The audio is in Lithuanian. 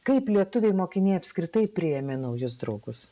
kaip lietuviai mokiniai apskritai priėmė naujus draugus